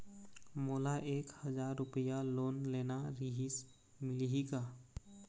मोला एक हजार रुपया लोन लेना रीहिस, मिलही का?